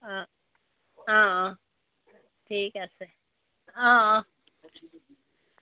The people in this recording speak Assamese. অঁ অঁ অঁ ঠিক আছে অঁ অঁ